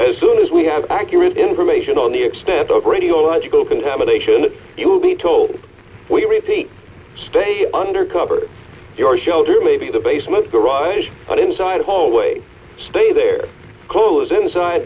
as soon as we have accurate information on the extent of the radio logical contamination that you will be told we repeat stay under cover your shoulder may be the basement garage but inside hallway stay there close inside